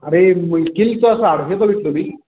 अरे किलचं असं आज हे बघितलं मी